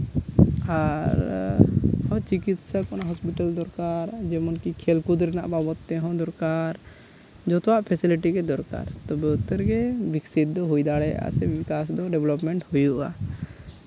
ᱟᱨ ᱦᱚᱸ ᱪᱤᱠᱤᱛᱥᱟ ᱠᱚᱨᱮ ᱦᱚᱥᱯᱤᱴᱟᱞ ᱫᱚᱨᱠᱟᱨ ᱡᱮᱢᱚᱱ ᱠᱤ ᱠᱷᱮᱞ ᱠᱚᱨᱮᱱᱟᱜ ᱵᱟᱵᱚᱫ ᱛᱮᱦᱚᱸ ᱫᱚᱨᱠᱟᱨ ᱡᱷᱚᱛᱚᱣᱟᱜ ᱯᱷᱮᱥᱤᱞᱤᱴᱤ ᱜᱮ ᱫᱚᱨᱠᱟᱨ ᱛᱚᱵᱮ ᱩᱛᱟᱹᱨ ᱜᱮ ᱵᱤᱠᱥᱤᱛ ᱫᱚ ᱦᱩᱭ ᱫᱟᱲᱮᱭᱟᱜᱼᱟ ᱥᱮ ᱵᱤᱠᱟᱥ ᱫᱚ ᱰᱮᱵᱷᱞᱚᱯᱢᱮᱱᱴ ᱫᱚ ᱦᱩᱭᱩᱜᱼᱟ